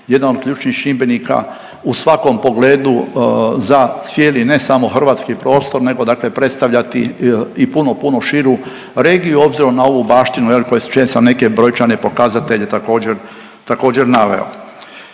jedan od ključnih čimbenika u svakom pogledu za cijeli ne samo hrvatski prostor nego dakle predstavljati i puno, puno širu regiju obzirom na ovu baštinu je li, čije sam neke brojčane pokazatelje također,